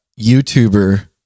YouTuber